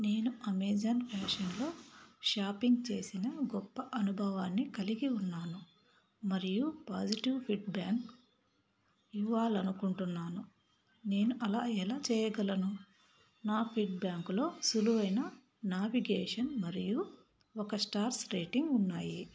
నేను అమెజాన్ ఫ్యాషన్లో షాపింగ్ చేసిన గొప్ప అనుభవాన్ని కలిగి ఉన్నాను మరియు పాజిటివ్ ఫిడ్ బ్యాంక్ ఇవ్వాలనుకుంటున్నాను నేను అలా ఎలా చేయగలను నా ఫిడ్ బ్యాంకులో సులువైన నావిగేషన్ మరియు ఒక స్టార్స్ రేటింగ్ ఉన్నాయి